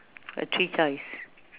three choice